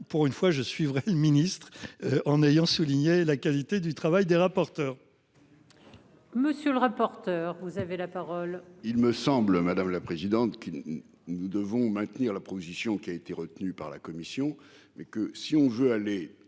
pour une fois je suivrai le ministre en ayant souligné la qualité du travail des rapporteurs. Monsieur le rapporteur. Vous avez la parole. Il me semble, madame la présidente qui. Nous devons maintenir la proposition qui a été retenu par la commission, mais que si on veut aller